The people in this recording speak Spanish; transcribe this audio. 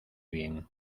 bien